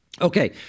Okay